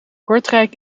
kortrijk